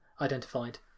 identified